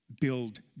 build